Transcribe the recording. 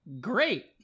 great